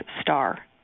star